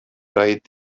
raid